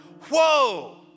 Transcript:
whoa